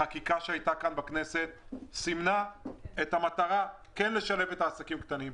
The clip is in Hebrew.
החקיקה שהייתה כאן בכנסת סימנה את המטרה כן לשלב את העסקים הקטנים.